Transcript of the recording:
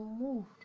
moved